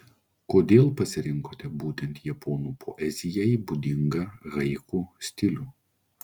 kodėl pasirinkote būtent japonų poezijai būdingą haiku stilių